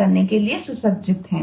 करने के लिए सुसज्जित हैं